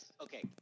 okay